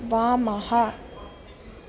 वामः